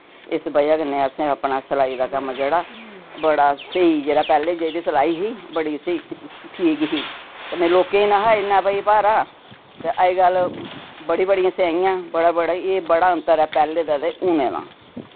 इस बजह कन्नै असें अपना सलाई दा कम्म जेह्ड़ा बड़ा स्हेई जेह्ड़ा पैह्ली जेह्ड़ी सलाई ही बड़ी से सी ठीक ही कन्नै लोकें नेहा इन्ना भाई भारा तै अजकल बड़ी बड़ियां सेआइयां बड़ा बड़ा एह् बड़ा अंतर ऐ पैह्ले दा ते हुनें दा